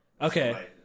Okay